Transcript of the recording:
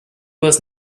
was